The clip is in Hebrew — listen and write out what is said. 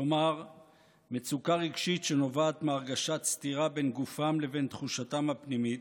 כלומר מצוקה רגשית שנובעת מהרגשת סתירה בין גופם לבין תחושתם הפנימית,